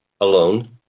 alone